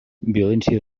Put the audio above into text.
violència